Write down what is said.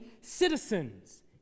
citizens